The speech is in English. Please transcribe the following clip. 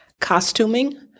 costuming